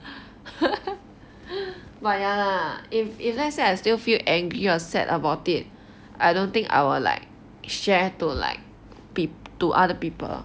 but ya lah if if let's say I still feel angry or sad about it I don't think I will like share to like to other people